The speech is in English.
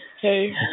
Hey